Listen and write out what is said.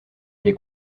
les